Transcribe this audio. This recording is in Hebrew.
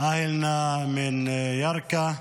(אומר בערבית:) עאילנא מן ירכא,